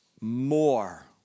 more